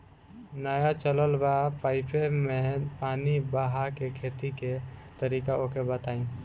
नया चलल बा पाईपे मै पानी बहाके खेती के तरीका ओके बताई?